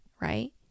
right